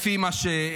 לפי מה שפורסם,